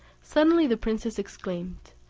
suddenly the princess exclaimed,